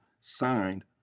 signed